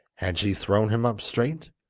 had she thrown him up straight?